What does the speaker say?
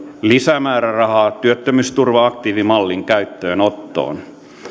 lisämäärärahaa työttömyysturva aktiivimallin käyttöönottoon